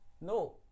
No